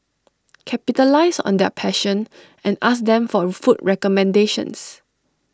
capitalise on their passion and ask them for food recommendations